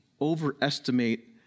overestimate